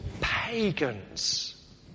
pagans